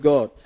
God